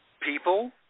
people